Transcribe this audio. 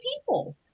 people